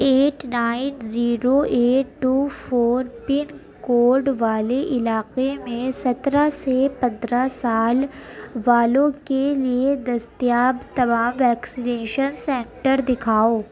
at nine zero eight two four pin code والے علاقے میں سترہ سے پندرہ سال والوں کے لیے دستیاب تمام ویکسینیشن سنٹر دکھاؤ